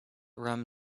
rum